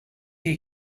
you